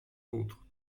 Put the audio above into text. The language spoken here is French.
autres